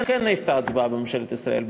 כן נעשתה הצבעה בממשלת ישראל,